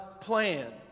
plan